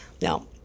Now